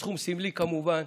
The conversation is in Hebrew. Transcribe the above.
בסכום סמלי, כמובן,